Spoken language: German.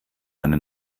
eine